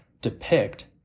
depict